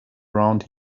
around